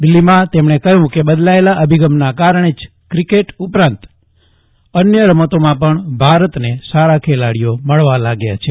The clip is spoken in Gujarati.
દિલ્ફીમાં તેમણે કહ્યું કે બદલાયેલા અભિગમના કારણે જ ક્રિકેટ ઉપરાંત અન્ય રમતોમાં પણ ભારતને સારા ખેલાડીઓ મળવા લાગ્યા છે